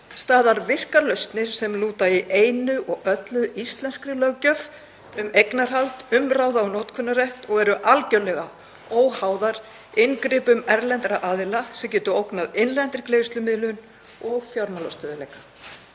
staðar virkar lausnir sem lúta í einu og öllu íslenskri löggjöf um eignarhald, umráð og notkunarrétt og eru algerlega óháðar inngripum erlendra aðila sem geta ógnað innlendri greiðslumiðlun og fjármálastöðugleika.